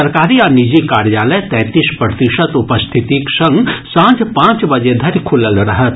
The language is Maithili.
सरकारी आ निजी कार्यालय तैंतीस प्रतिशत उपस्थितिक संग सांझ पांच बजे धरि खुलल रहत